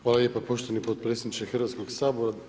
Hvala lijepo poštovani potpredsjedniče Hrvatskog sabora.